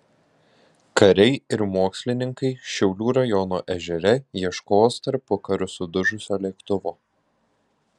kariai ir mokslininkai šiaulių rajono ežere ieškos tarpukariu sudužusio lėktuvo